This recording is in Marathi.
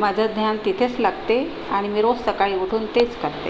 माझं ध्यान तिथेच लागते आणि मी रोज सकाळी उठून तेच करते